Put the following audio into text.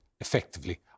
effectively